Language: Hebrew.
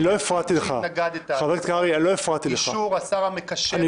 הוא אפילו צובר כמה נקודות תקשורתיות.